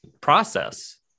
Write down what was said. process